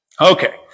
Okay